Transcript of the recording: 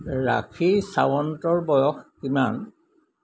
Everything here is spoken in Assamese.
ৰাখি শ্বাৱন্তৰ বয়স কিমান